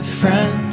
friend